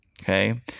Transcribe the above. okay